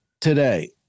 today